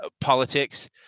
politics